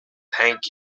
thank